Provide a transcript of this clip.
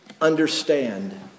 understand